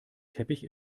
teppich